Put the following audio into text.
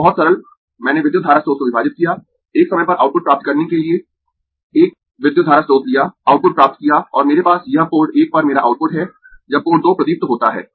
तो बहुत सरल मैंने विद्युत धारा स्रोत को विभाजित किया एक समय पर आउटपुट प्राप्त करने के लिए 1 विद्युत धारा स्रोत लिया आउटपुट प्राप्त किया और मेरे पास यह पोर्ट 1 पर मेरा आउटपुट है जब पोर्ट 2 प्रदीप्त होता है